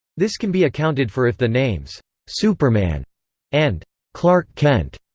this can be accounted for if the names superman and clark kent,